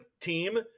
team